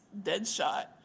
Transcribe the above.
Deadshot